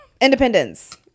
independence